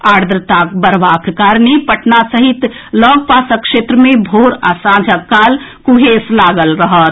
आर्द्रता बढ़बाक कारणे पटना सहित लऽग पासक क्षेत्र मे भोर आ सांझक काल कुहेस लागल रहत